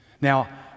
Now